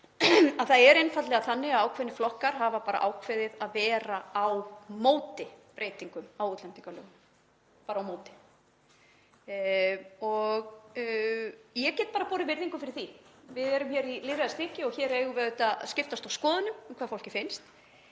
það er einfaldlega þannig að ákveðnir flokkar hafa bara ákveðið að vera á móti breytingum á útlendingalögum. Ég get borið virðingu fyrir því. Við erum í lýðræðisríki og hér eigum við auðvitað að skiptast á skoðunum um hvað fólki finnst.